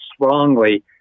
strongly